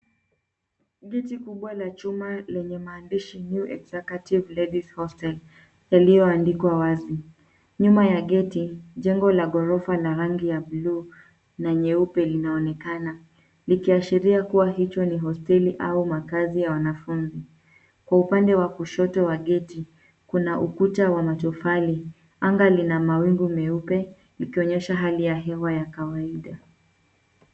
Geti kubwa la chuma yenye maandishi New Executive Ladies Hostel yaliyoandikwa wazi. Nyuma ya geti jengo la gorofa la rangi ya buluu na nyeupe linaonekana; ikiashiria kuwa hicho ni hosteli au makazi ya wanafunzi. Kwa upande wa kushoto wa geti kuna ukuta wa matofali. Anga lina mawingu meupe ikionyesha hali ya hewa ya kawaida.